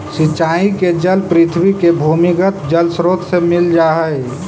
सिंचाई के जल पृथ्वी के भूमिगत जलस्रोत से मिल जा हइ